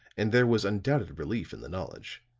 and there was undoubted relief in the knowledge.